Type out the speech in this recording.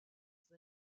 the